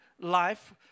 life